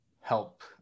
help